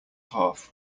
half